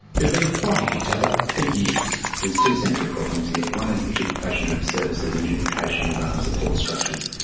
they've been fighting each other for years. there's two central problems here. one is the duplication of of services and duplication of um support structures.